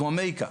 בדרום אמריקה,